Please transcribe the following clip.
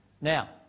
Now